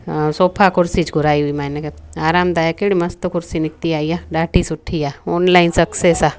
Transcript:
हा सोफ़ा कुर्सीच घुराई हुई हिनकरे आरामुदायकि एॾी मस्ति कुर्सी निकिती आहे हीअ ॾाढी सुठी आहे ऑनलाइन सक्सेस आहे